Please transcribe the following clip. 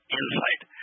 insight